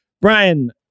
Brian